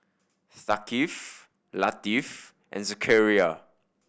Thaqif Latif and Zakaria